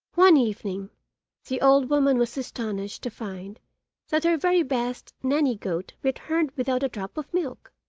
one evening the old woman was astonished to find that her very best nanny-goat returned without a drop of milk.